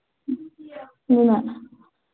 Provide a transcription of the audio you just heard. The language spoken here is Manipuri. ꯑꯗꯨꯅ